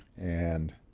and